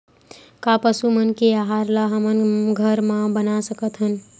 का पशु मन के आहार ला हमन घर मा बना सकथन?